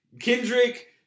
Kendrick